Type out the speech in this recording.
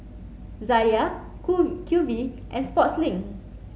Zalia Q V and Sportslink